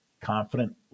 confident